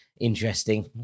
interesting